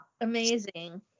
Amazing